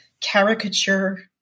caricature